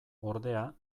ordea